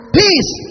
peace